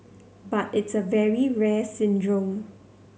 but it's a very rare syndrome